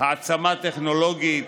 העצמה טכנולוגית,